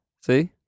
See